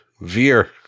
Veer